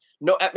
no